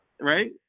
right